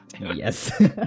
Yes